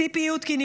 ציפי יודקין,